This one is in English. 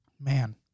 Man